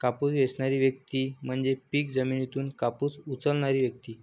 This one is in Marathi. कापूस वेचणारी व्यक्ती म्हणजे पीक जमिनीतून कापूस उचलणारी व्यक्ती